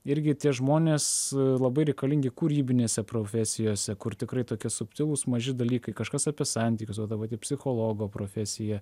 irgi tie žmonės labai reikalingi kūrybinėse profesijose kur tikrai tokie subtilūs maži dalykai kažkas apie santykius va ta pati psichologo profesija